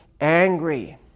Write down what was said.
angry